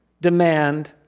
demand